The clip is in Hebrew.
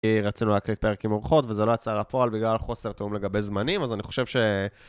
כי רצינו להקליט פרק עם אורחות, וזה לא יצא על הפועל בגלל חוסר תאום לגבי זמנים, אז אני חושב ש...